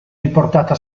riportata